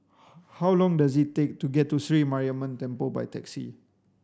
how long does it take to get to Sri Mariamman Temple by taxi